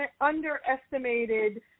underestimated